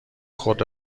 خود